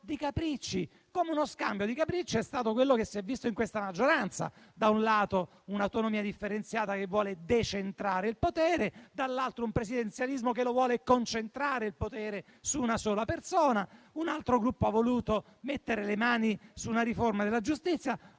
di capricci, come uno scambio di capricci è stato quello che si è visto in questa maggioranza: da un lato un'autonomia differenziata che vuole decentrare il potere, dall'altro un presidenzialismo che lo vuole concentrare su una sola persona. Un altro Gruppo ha voluto mettere le mani su una riforma della giustizia.